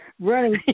running